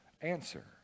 answer